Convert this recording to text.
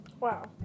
wow